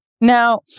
Now